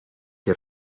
que